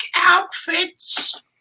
outfits